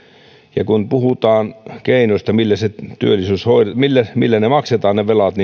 ja kun puhutaan keinoista millä ne velat